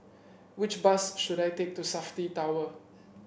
which bus should I take to Safti Tower